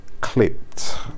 clipped